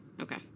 Okay